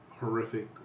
Horrific